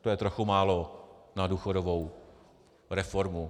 To je trochu málo na důchodovou reformu.